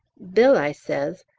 bill, i says,